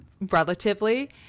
relatively